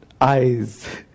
eyes